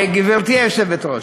גברתי היושבת-ראש,